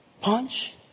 Punch